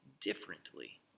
differently